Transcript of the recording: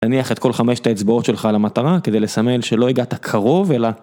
נניח את כל חמש האצבעות שלך על המטרה כדי לסמל שלא הגעת קרוב אלא...